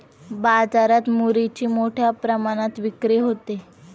बाजारात मुरीची मोठ्या प्रमाणात विक्री होते